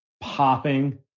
popping